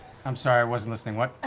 i'm sorry, i wasn't listening, what? ah